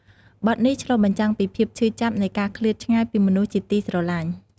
បទនេះឆ្លុះបញ្ចាំងពីភាពឈឺចាប់នៃការឃ្លាតឆ្ងាយពីមនុស្សជាទីស្រឡាញ់។